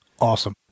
Awesome